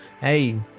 Hey